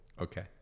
Okay